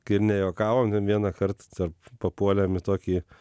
kai ir nejuokavom vienąkart tarp papuolėm į tokį